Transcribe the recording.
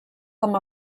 com